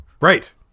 Right